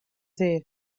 dde